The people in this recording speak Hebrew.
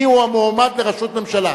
מיהו המועמד לראשות ממשלה?